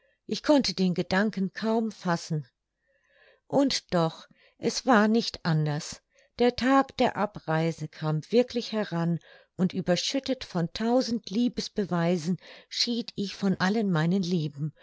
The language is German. ich konnte den gedanken kaum fassen und doch es war nicht anders der tag der abreise kam wirklich heran und überschüttet von tausend liebesbeweisen schied ich von allen meinen lieben